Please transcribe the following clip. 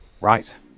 Right